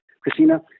Christina